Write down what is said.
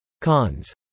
Cons